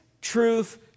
truth